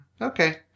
okay